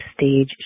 stage